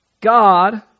God